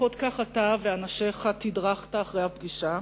לפחות כך אתה ואנשיך תדרכתם אחרי הפגישה,